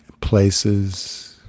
places